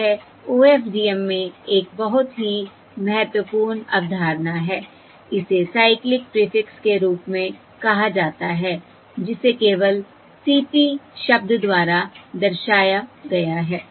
यह OFDM में एक बहुत ही महत्वपूर्ण अवधारणा है इसे साइक्लिक प्रीफिक्स के रूप में कहा जाता है जिसे केवल CP शब्द द्वारा दर्शाया गया है